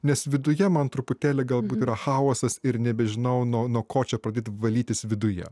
nes viduje man truputėlį galbūt yra chaosas ir nebežinau nuo nuo ko čia pradėt valytis viduje